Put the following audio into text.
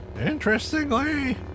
interestingly